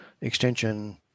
Extension